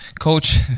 coach